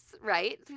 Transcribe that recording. right